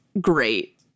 great